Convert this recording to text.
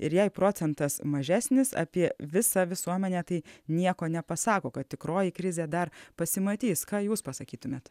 ir jei procentas mažesnis apie visą visuomenę tai nieko nepasako kad tikroji krizė dar pasimatys ką jūs pasakytumėte